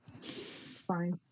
fine